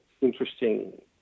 interesting